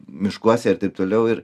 miškuose ir taip toliau ir